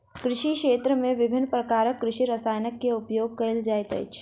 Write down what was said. कृषि क्षेत्र में विभिन्न प्रकारक कृषि रसायन के उपयोग कयल जाइत अछि